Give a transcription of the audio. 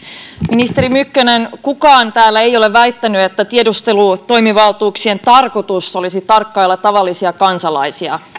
ministeri mykkänen kukaan täällä ei ole väittänyt että tiedustelun toimivaltuuksien tarkoitus olisi tarkkailla tavallisia kansalaisia